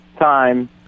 time